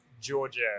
Georgia